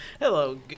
Hello